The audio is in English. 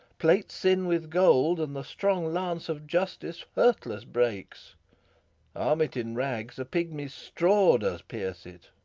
plate sin with gold, and the strong lance of justice hurtless breaks arm it in rags, a pygmy's straw does pierce it.